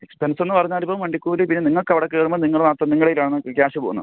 expense എന്ന് പറഞ്ഞാൽ ഇപ്പം വണ്ടിക്കൂലി പിന്നെ നിങ്ങൾക്ക് അവിടെ കയറുമ്പോൾ നിങ്ങളും അത് നിങ്ങളിലാണത് ക്യാഷ് പോവുന്നേ